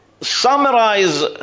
summarize